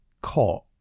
caught